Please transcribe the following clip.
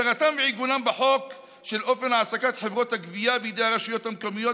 הסדרתם ועיגונם בחוק של אופן העסקת חברות הגבייה בידי הרשויות המקומיות